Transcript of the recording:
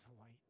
light